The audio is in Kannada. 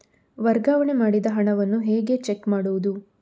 ವರ್ಗಾವಣೆ ಮಾಡಿದ ಹಣವನ್ನು ಹೇಗೆ ಚೆಕ್ ಮಾಡುವುದು?